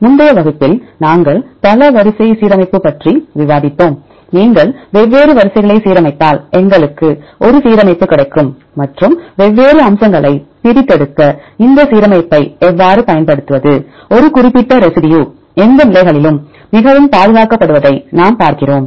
முந்தைய வகுப்பில் நாங்கள் பல வரிசை சீரமைப்பு பற்றி விவாதித்தோம் நீங்கள் வெவ்வேறு வரிசைகளை சீரமைத்தால் எங்களுக்கு ஒரு சீரமைப்பு கிடைக்கும் மற்றும் வெவ்வேறு அம்சங்களை பிரித்தெடுக்க இந்த சீரமைப்பை எவ்வாறு பயன்படுத்துவது ஒரு குறிப்பிட்ட ரெசி டியூ எந்த நிலைகளிலும் மிகவும் பாதுகாக்கப்படுவதை நாம் பார்க்கிறோம்